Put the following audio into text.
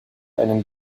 einen